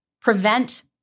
prevent